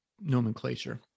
nomenclature